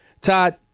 Todd